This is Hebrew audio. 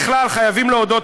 בכלל חייבים להודות,